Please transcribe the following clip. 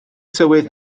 tywydd